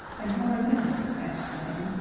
and what are they? asked jane.